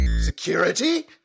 Security